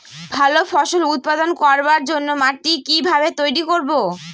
ভালো ফসল উৎপাদন করবার জন্য মাটি কি ভাবে তৈরী করব?